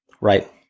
right